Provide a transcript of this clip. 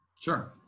Sure